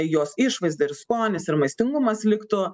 jos išvaizda ir skonis ir maistingumas liktų